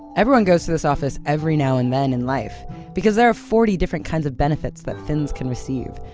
everyone goes to this office every now and then in life because there are forty different kinds of benefits that finns can receive,